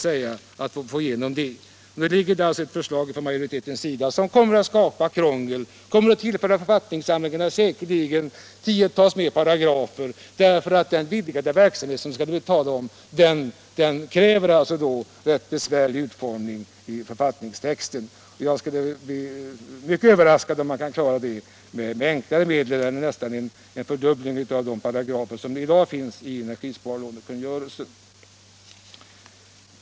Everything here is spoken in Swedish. Nu föreligger ett förslag från majoritetens sida som kommer att skapa krångel och som säkerligen kommer att tillföra författningssamlingen ett tiotal fler paragrafer, därför att den vidgade verksamhet som det blir fråga om gör att det blir rätt besvärligt att utforma författningstexten. Jag skulle bli mycket överraskad om man kan klara det med enklare medel än med en fördubbling av det antal paragrafer som i dag finns i energisparlånekungörelsen.